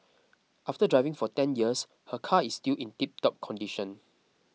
after driving for ten years her car is still in tiptop condition